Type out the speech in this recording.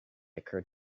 occured